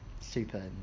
super